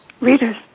readers